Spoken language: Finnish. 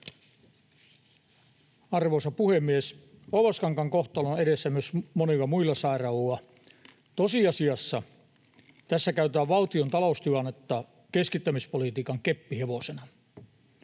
Arvoisa puhemies! Oulaskankaan kohtalo on edessä myös monilla muilla sairaaloilla. Tosiasiassa tässä käytetään valtion taloustilannetta keskittämispolitiikan keppihevosena.